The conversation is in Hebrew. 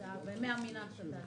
רוצה שיקרו ואני מאמינה שתעשה.